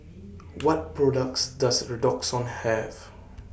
What products Does Redoxon Have